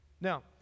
Now